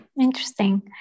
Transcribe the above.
Interesting